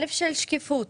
והדבר הראשון שקיפות.